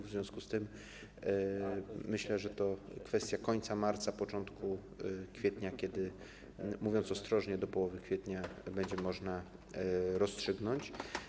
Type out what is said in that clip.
W związku z tym myślę, że to kwestia końca marca, początku kwietnia - mówiąc ostrożnie, do połowy kwietnia będzie można to rozstrzygnąć.